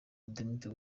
redeemed